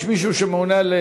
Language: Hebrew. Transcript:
יש מישהו שמעוניין?